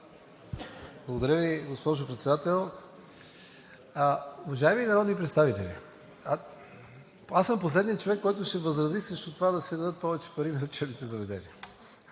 Благодаря Ви, госпожо Председател. Уважаеми народни представители! Аз съм последният човек, който ще възрази срещу това да се дадат повече пари на лечебните заведения.